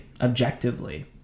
objectively